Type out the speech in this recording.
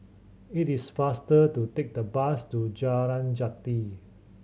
it is faster to take the bus to Jalan Jati